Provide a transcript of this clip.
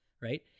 right